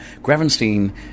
gravenstein